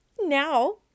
Now